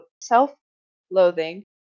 self-loathing